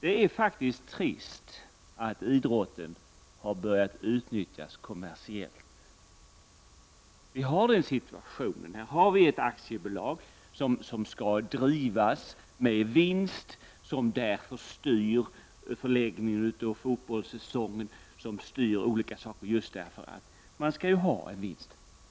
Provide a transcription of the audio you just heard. Det är faktiskt trist att idrotten har börjat utnyttjas kommersiellt. Vi har nu situationen att vi har ett aktiebolag som skall drivas med vinst och som därför styr förläggningen av fotbollssäsongen och som styr olika händelser just för att det skall bli en vinst.